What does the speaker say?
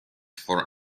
for